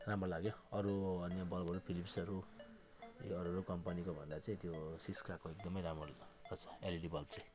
राम्रो लाग्यो अरू अन्य बल्बहरू फिलिप्सहरू यो अरू अरू कम्पनीको भन्दा चाहिँ त्यो सिस्काको एकदमै राम्रो रहेछ एलइडी बल्ब चाहिँ